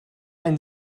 ein